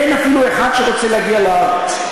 אין אפילו אחד שרוצה להגיע לארץ,